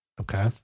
Okay